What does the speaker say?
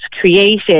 created